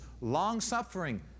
long-suffering